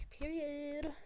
period